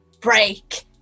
break